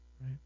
Right